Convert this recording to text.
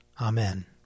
Amen